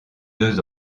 deux